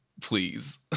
please